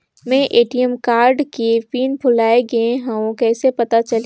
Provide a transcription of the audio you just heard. मैं ATM card के PIN भुलाए गे हववं कइसे पता चलही?